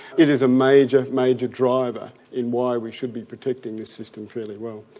it is a major, major driver in why we should be protecting this system fairly well.